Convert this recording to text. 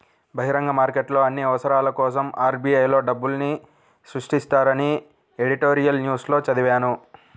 బహిరంగ మార్కెట్లో అన్ని అవసరాల కోసరం ఆర్.బి.ఐ లో డబ్బుల్ని సృష్టిస్తారని ఎడిటోరియల్ న్యూస్ లో చదివాను